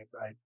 right